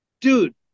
dude